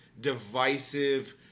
divisive